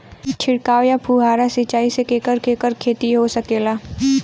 छिड़काव या फुहारा सिंचाई से केकर केकर खेती हो सकेला?